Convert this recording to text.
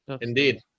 Indeed